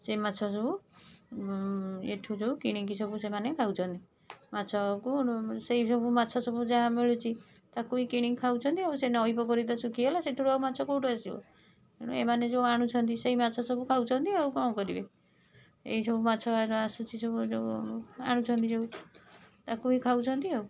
ସେ ମାଛ ସବୁ ଏଠୁ ଯେଉଁ ସେମାନେ କିଣିକି ସବୁ ସେମାନେ ଖାଉଛନ୍ତି ମାଛକୁ ସେଇ ସବୁ ମାଛ ସବୁ ଯାହା ମିଳୁଛି ତାକୁ ହି କିଣିକି ଖାଉଛନ୍ତି ଆଉ ସେ ନଈ ପୋଖରୀ ତ ଶୁଖିଗଲା ସେଥିରୁ ଆଉ ମାଛ କେଉଁଠୁ ଆସିବ ତେଣୁ ଏମାନେ ଯେଉଁ ଆଣୁଛନ୍ତି ସେଇ ମାଛ ସବୁ ଖାଉଛନ୍ତି ଆଉ କ'ଣ କରିବେ ଏହି ସବୁ ମାଛ ଘରା ଯେଉଁ ଆସୁଛି ସବୁ ଯେଉଁ ଆଣୁଛନ୍ତି ତାକୁ ହି ଖାଉଛନ୍ତି ଆଉ